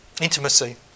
intimacy